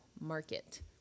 market